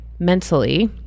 Mentally